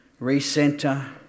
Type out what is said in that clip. recenter